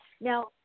Now